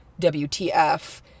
WTF